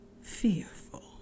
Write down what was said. fearful